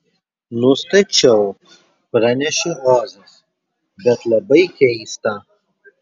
nustačiau pranešė ozas bet labai keista